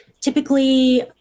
typically